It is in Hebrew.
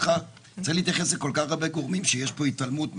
צריך להתייחס לכל כך הרבה גורמים שיש פה התעלמות מהם.